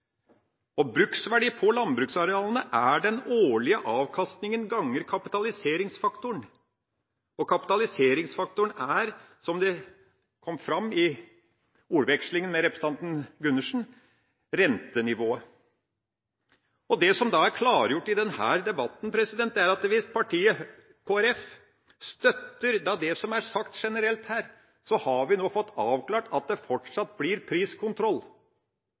landbruksarealene. Bruksverdi på landbruksarealene er den årlige avkastningen ganger kapitaliseringsfaktoren. Kapitaliseringsfaktoren er – som det kom fram i ordvekslingen med representanten Gundersen – rentenivået. Det som da er klargjort i denne debatten, er at hvis Kristelig Folkeparti støtter det som er sagt her, har vi fått avklart at det fortsatt blir priskontroll